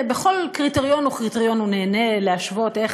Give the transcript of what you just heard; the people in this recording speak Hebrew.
בכל קריטריון וקריטריון הוא נהנה להשוות איך